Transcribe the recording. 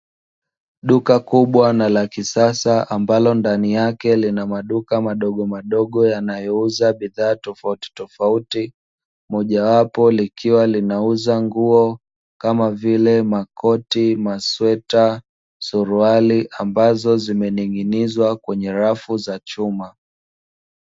Duka kubwa na la kisasa ambalo ndani yake lina maduka madogomadogo yanayouza bidhaa tofautitofauti, mojawapo likiwa linauza nguo kama vile; makoti, masweta, suruali ambazo zimening’inizwa kwenye rafu za chuma.